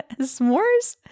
S'mores